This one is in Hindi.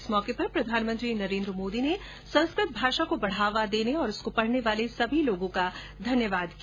इस मौके पर प्रधानमंत्री नरेन्द्र मोदी ने संस्कृत भाषा को बढ़ावा देने और इस को पढ़ने वाले सभी लोगों का धन्यवाद किया